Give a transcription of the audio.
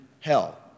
hell